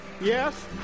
Yes